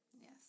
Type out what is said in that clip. Yes